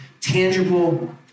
tangible